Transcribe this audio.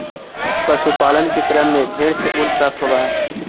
पशुपालन के क्रम में भेंड से ऊन प्राप्त होवऽ हई